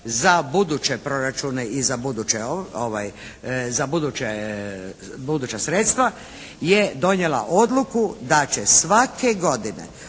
za buduće proračune i za buduća sredstva je donijela odluku da će svake godine